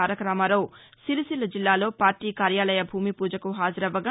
తారకరామారావు సిరిసిల్ల జిల్లాలో పార్లీ కార్యాలయ భూమిపూజకు హాజరవ్వగా